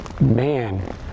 man